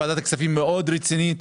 ועדת הכספים מאוד רצינית,